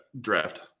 draft